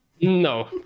No